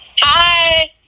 Hi